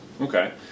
Okay